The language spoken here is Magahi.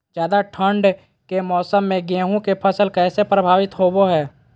ज्यादा ठंड के मौसम में गेहूं के फसल कैसे प्रभावित होबो हय?